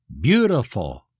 beautiful